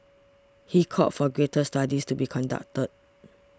he called for greater studies to be conducted